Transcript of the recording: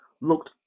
Looked